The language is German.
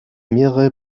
mehrere